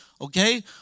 okay